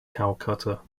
calcutta